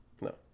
No